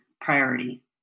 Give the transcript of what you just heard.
priority